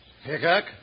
Hickok